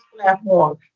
platform